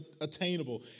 attainable